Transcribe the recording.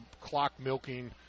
clock-milking